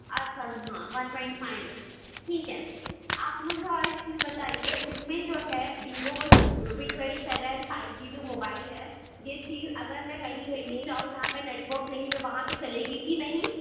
اچھا ہاں one twenty five ہے ٹھیک ہے آپ مجھے اور ایک چیز بتائیے اُس میں جو ہے Vivo V twenty seven five جی جو موبائل ہے یہ چیز اگر میں کہیں پہ بھی چاہوں جہاں پر نیٹ ورک نہیں ہے وہاں پہ چلے گی کہ نہیں